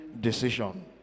decision